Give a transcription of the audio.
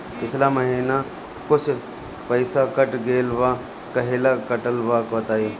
पिछला महीना कुछ पइसा कट गेल बा कहेला कटल बा बताईं?